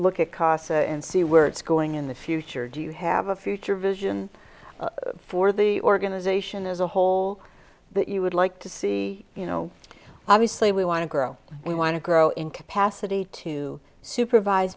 look at casa and see where it's going in the future do you have a future vision for the organization as a whole that you would like to see you know obviously we want to grow we want to grow in capacity to supervise